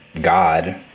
God